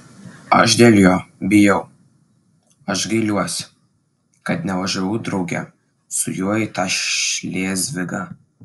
aš dėl jo bijau aš gailiuosi kad nevažiavau drauge su juo į tą šlėzvigą